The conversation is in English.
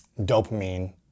dopamine